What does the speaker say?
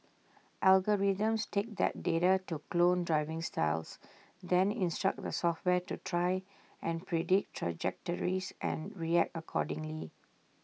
algorithms take that data to clone driving styles then instruct the software to try and predict trajectories and react accordingly